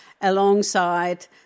alongside